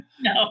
No